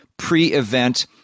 pre-event